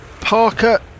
Parker